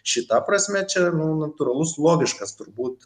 šita prasme čia nu natūralus logiškas turbūt